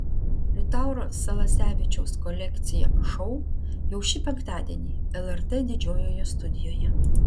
liutauro salasevičiaus kolekcija šou jau šį penktadienį lrt didžiojoje studijoje